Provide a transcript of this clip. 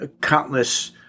countless